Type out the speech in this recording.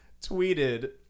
tweeted